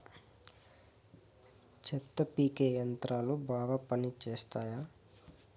చెత్త పీకే యంత్రాలు బాగా పనిచేస్తాయా?